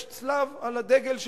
יש צלב על הדגל שלהן,